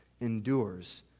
endures